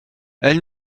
elle